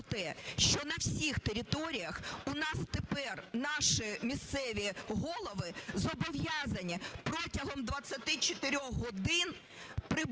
що на всіх територіях у нас тепер наші місцеві голови зобов'язані протягом 24 годин при